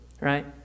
right